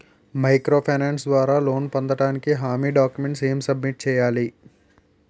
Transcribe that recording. Micro finance ద్వారా loan పొందటానికి హామీ డాక్యుమెంట్స్ ఎం సబ్మిట్ చేయాలి?